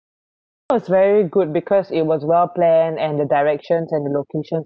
so it's very good because it was well-planned and the directions and the locations